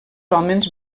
homes